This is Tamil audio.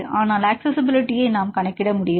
ஆனால் அக்சஸிஸிபிலிட்டியை நாம் கணக்கிட முடியும்